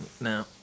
No